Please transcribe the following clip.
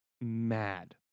Mad